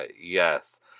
Yes